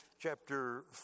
chapter